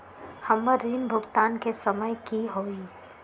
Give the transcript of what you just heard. हमर ऋण भुगतान के समय कि होई?